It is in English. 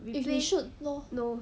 if they shoot no